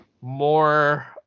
more